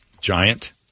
Giant